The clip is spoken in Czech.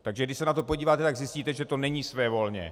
Takže když se na to podíváte, tak zjistíte, že to není svévolné.